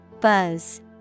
Buzz